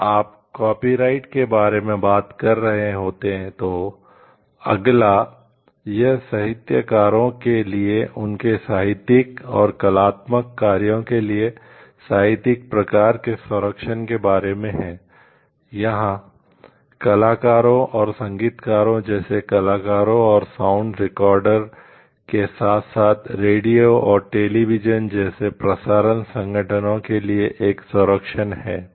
जब आप कॉपीराइट जैसे प्रसारण संगठनों के लिए एक संरक्षण है